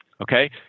okay